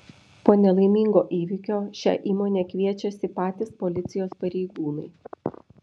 po nelaimingo įvykio šią įmonę kviečiasi patys policijos pareigūnai